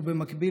ובמקביל,